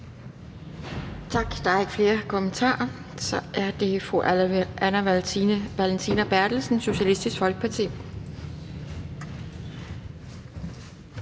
Tak. Der er ikke flere, der har kommentarer. Så er det fru Anne Valentina Berthelsen, Socialistisk Folkeparti.